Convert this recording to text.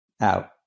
out